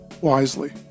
wisely